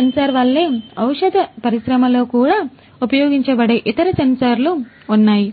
censor వల్లే ఔషధ పరిశ్రమలో కూడా ఉపయోగించబడే ఇతర సెన్సార్లు ఉన్నాయి